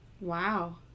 Wow